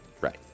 right